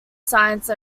science